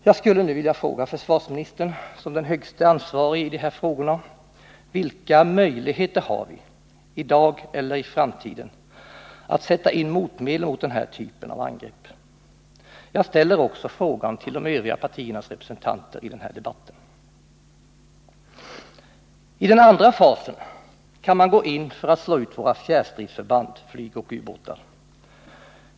Jag skulle nu vilja fråga försvarsministern som den högste ansvarige i de här frågorna: Vilka möjligheter har vi, i dag eller i framtiden, att sätta in motmedel mot den här typen av angrepp? Jag ställer också frågan till övriga partiers representanter i den här debatten. I den andra fasen kan man gå in för att slå ut våra fjärrstridsförband, flyg och ubåtar.